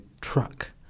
truck